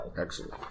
Excellent